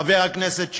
חבר הכנסת שי.